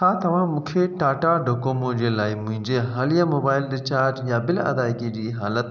छा तव्हां मूंखे टाटा डोकोमो जे लाइ मुंहिंजे हालिया मोबाइल रिचार्ज या बिल अदाइगी जी हालति